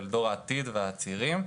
של דור העתיד ושל הצעירים,